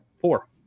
Four